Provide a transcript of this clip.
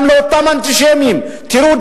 גם לאותם אנטישמים: תראו,